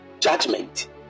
judgment